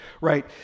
right